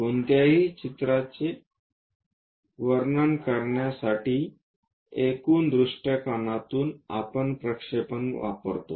कोणत्याही चित्राचे वर्णन करण्यासाठी एकूण दृष्टीकोनातून आपण प्रक्षेपण वापरतो